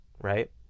Right